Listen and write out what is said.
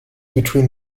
between